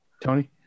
Tony